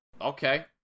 okay